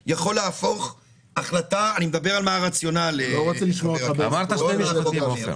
אני מדבר על הרציונל, חבר הכנסת גפני.